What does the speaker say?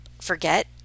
forget